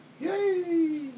Yay